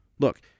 Look